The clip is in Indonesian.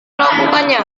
melakukannya